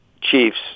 Chiefs